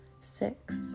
six